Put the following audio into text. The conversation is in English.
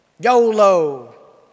YOLO